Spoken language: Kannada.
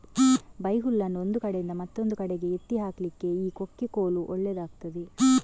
ಬೈಹುಲ್ಲನ್ನು ಒಂದು ಕಡೆಯಿಂದ ಮತ್ತೊಂದು ಕಡೆಗೆ ಎತ್ತಿ ಹಾಕ್ಲಿಕ್ಕೆ ಈ ಕೊಕ್ಕೆ ಕೋಲು ಒಳ್ಳೇದಾಗ್ತದೆ